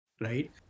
right